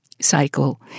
cycle